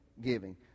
giving